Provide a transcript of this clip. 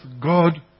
God